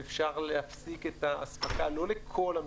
ואפשר להפסיק את האספקה לא לכל המתקן.